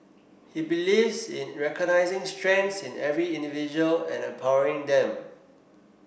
he believes in recognising strengths in every individual and empowering them